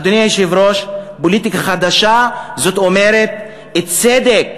אדוני היושב-ראש, פוליטיקה חדשה זאת אומרת צדק.